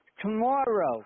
tomorrow